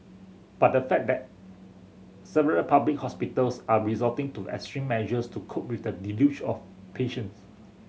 but the fact that several public hospitals are resorting to extreme measures to cope with the deluge of patients